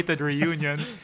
reunion